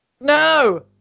No